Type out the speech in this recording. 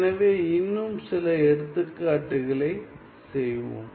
எனவே இன்னும் சில எடுத்துக்காட்டுகளை செய்வோம்